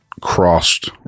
crossed